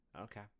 Okay